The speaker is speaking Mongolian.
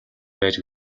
байж